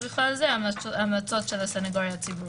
ובכלל זה המלצות של הסנגוריה הציבורית.